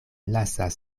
lasas